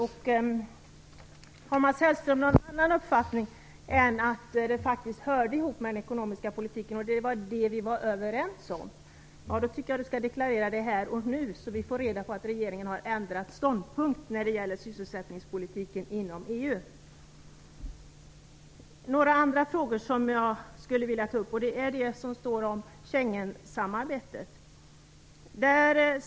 Om Mats Hellström har någon annan uppfattning än att detta faktiskt hörde ihop med den ekonomiska politiken - det var det vi var överens om - tycker jag att han skall deklarera det här och nu, så att vi får reda på att regeringen har ändrat ståndpunkt när det gäller sysselsättningspolitiken inom EU. Några andra frågor som jag skulle vilja ta upp gäller Schengensamarbetet.